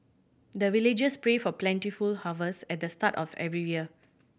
the villagers pray for plentiful harvest at the start of every year